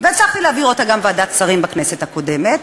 והצלחתי להעביר אותה גם בוועדת שרים בכנסת הקודמת.